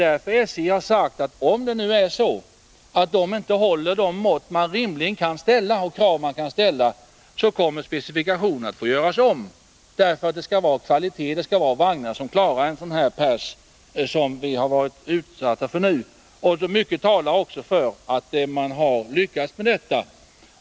Därför har SJ sagt att om de inte håller de mått och krav man rimligen kan ställa kommer specifikationen att få göras om. Det skall vara kvalitet, det skall vara vagnar som klarar en sådan pärs som vi varit utsatta för nu. Mycket talar också för att man har lyckats med detta.